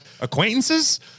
acquaintances